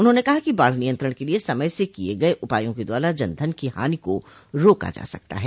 उन्होंने कहा कि बाढ़ नियंत्रण के लिये समय से किये गये उपायों के द्वारा जनधन की हानि का रोका जा सकता है